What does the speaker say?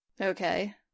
Okay